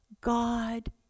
God